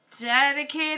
Dedicated